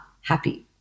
happy